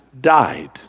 died